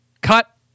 cut